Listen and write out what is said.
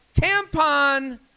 tampon